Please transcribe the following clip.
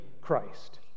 Christ